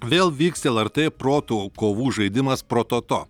vėl vyks lrt protų kovų žaidimas prototo